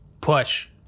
Push